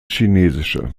chinesische